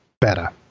better